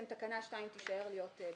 תקנה 2 תישאר להיות בטלה.